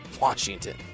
Washington